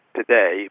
today